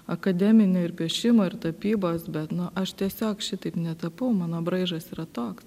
akademinio ir piešimo ir tapybos bet nu aš tiesiog šitaip netapau mano braižas yra toks